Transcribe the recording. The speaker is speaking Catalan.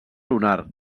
lunar